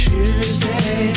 Tuesday